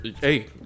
Hey